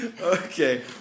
Okay